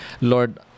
Lord